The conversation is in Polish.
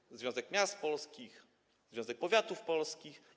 Są tam Związek Miast Polskich, Związek Powiatów Polskich.